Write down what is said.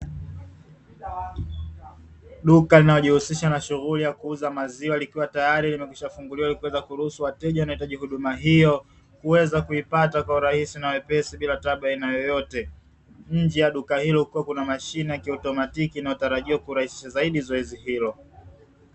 Duka linalojihusisha na shughuli ya kuuza maziwa likiwa tayari limekwisha kufunguliwa, ili kuweza kuruhusu wateja wanaohitaji kuweza kuipata kwa urahisi na kwa wepesi bila taabu aina yeyote. Nje ya duka hilo kukiwa na mashine ya kiautomatiki, inayotarajia kurahisha zaidi zoezi hilo.